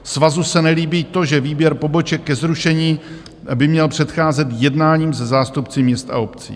Svazu se nelíbí to, že výběr poboček ke zrušení by měl předcházet jednáním se zástupci měst a obcí.